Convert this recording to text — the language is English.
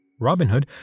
Robinhood